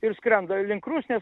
ir skrenda link rusnės